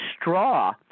straw